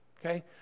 Okay